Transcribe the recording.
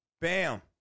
Bam